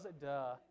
Duh